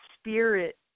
spirit